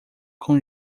com